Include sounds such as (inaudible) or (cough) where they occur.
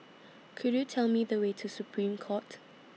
(noise) Could YOU Tell Me The Way to Supreme Court